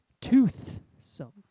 Toothsome